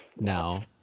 now